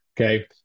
Okay